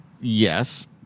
Yes